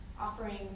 offering